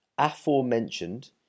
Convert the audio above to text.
aforementioned